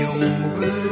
over